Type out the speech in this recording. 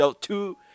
two